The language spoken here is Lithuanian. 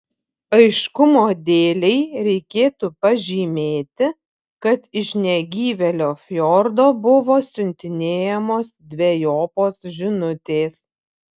aiškumo dėlei reikėtų pažymėti kad iš negyvėlio fjordo buvo siuntinėjamos dvejopos žinutės